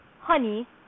honey